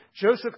Joseph